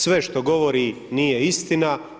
Sve što govori nije istina.